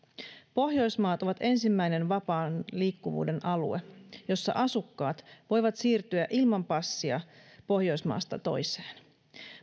pohjoismaat ovat ensimmäinen vapaan liikkuvuuden alue jossa asukkaat voivat siirtyä ilman passia pohjoismaasta toiseen